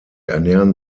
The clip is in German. ernähren